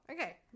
okay